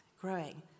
growing